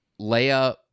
Leia